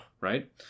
right